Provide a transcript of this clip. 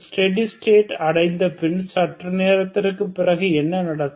steady state அடைந்தபின் சற்று நேரத்திற்கு பிறகு என்ன நடக்கும்